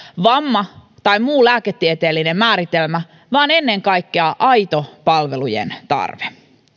vamma tai muu lääketieteellinen määritelmä vaan ennen kaikkea aito palvelujen tarve